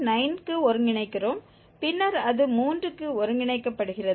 9 க்கு ஒருங்கிணைக்கிறோம் பின்னர் அது 3 க்கு ஒருங்கிணைக்கப்படுகிறது